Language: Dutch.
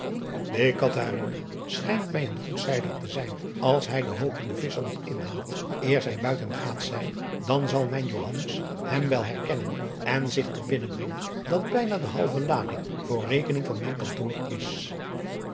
die catharina schijnt mij een goede zeiler te zijn als hij de hopende visscher nog inhaalt eer zij buiten gaats zijn dan zal mijn johannes hem wel herkennen en zich te binnen brengen dat bijna de halve lading voor rekening van mijn kantoor is